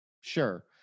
Sure